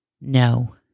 No